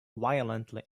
violently